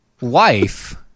wife